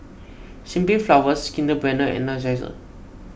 Simply Flowers Kinder Bueno and Energizer